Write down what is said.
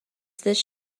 this